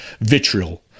vitriol